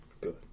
Good